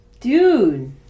Dude